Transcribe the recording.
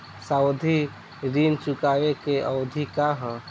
सावधि ऋण चुकावे के अवधि का ह?